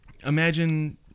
imagine